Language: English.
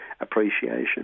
appreciation